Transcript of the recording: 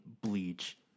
Bleach